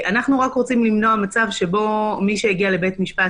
אנחנו רק רוצים למנוע מצב שבו מי שהגיע לבית משפט